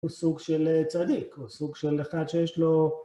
הוא סוג של צדיק, הוא סוג של אחד שיש לו...